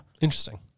Interesting